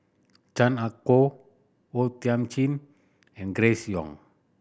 Chan Ah Kow O Thiam Chin and Grace Young